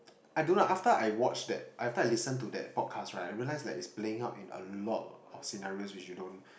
I don't know after I watch that after I listen to that podcast right I realise like it's playing out in a lot of scenarios which you don't